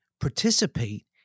participate